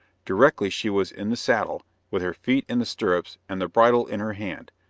directly she was in the saddle, with her feet in the stirrups and the bridle in her hand,